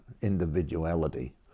individuality